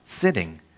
sitting